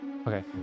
Okay